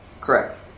correct